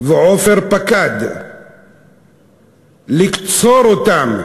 ועופר פקד לקצור אותם.